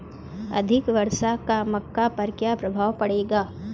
अधिक वर्षा का मक्का पर क्या प्रभाव पड़ेगा?